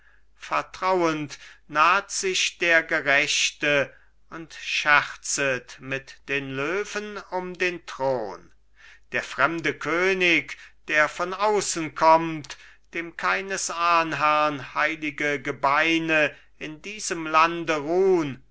vertrauend naht sich der gerechte und scherzet mit den löwen um den thron der fremde könig der von außen kommt dem keines ahnherrn heilige gebeine in diesem lande ruhn